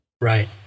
Right